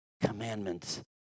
commandments